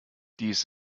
dies